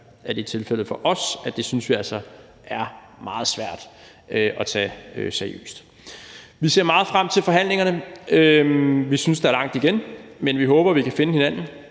det tilfældet hos os, at vi synes, at det altså er meget, meget svært at tage seriøst. Vi ser meget frem til forhandlingerne. Vi synes, der er langt igen, men vi håber, vi kan finde hinanden.